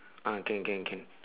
ah can can can